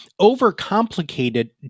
overcomplicated